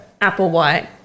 Applewhite